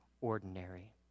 ordinary